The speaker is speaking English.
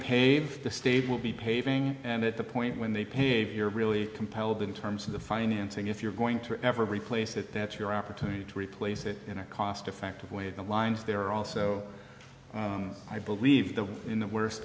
pave the state will be paving and at the point when they pave you're really compelled in terms of the financing if you're going to ever replace that that's your opportunity to replace it in a cost effective way the lines there are also i believe the in the worst